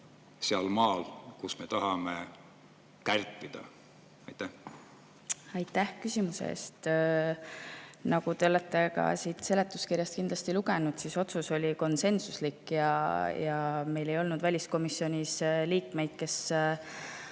sellel maal, kus me tahame kärpida? Aitäh küsimuse eest! Nagu te olete ka seletuskirjast kindlasti lugenud, otsus oli konsensuslik. Meil ei olnud väliskomisjonis liikmeid, kes